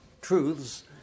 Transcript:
truths